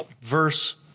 verse